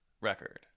record